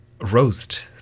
roast